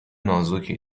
نازکی